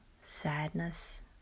sadness